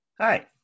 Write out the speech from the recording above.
Hi